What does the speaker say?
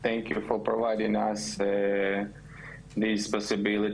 תודה לכם שהזמנתם אותנו ונתתם לנו אפשרות